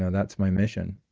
and that's my mission